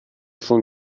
schon